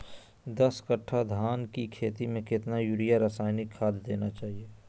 दस कट्टा धान की खेती में कितना यूरिया रासायनिक खाद देना चाहिए?